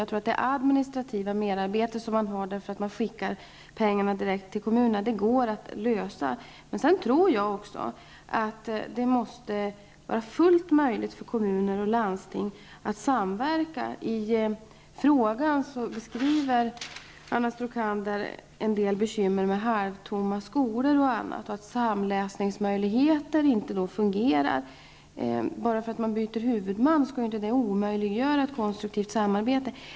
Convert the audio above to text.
Jag tror att problemet med det administrativa merarbete som man har därför att pengarna skickas direkt till kommunerna går att lösa. Sedan tror jag också att det måste vara fullt möjligt för kommuner och landsting att samverka. I frågan beskriver Anna Stråkander bl.a. en del bekymmer med halvtomma skolor och säger att man inte kan utnyttja möjligheterna till samläsning. Det faktum att man byter huvudman skall naturligtvis inte omöjliggöra ett konstruktivt samarbete.